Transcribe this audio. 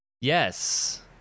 Yes